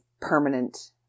permanent